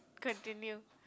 continue